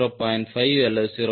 5 அல்லது 0